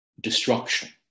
destruction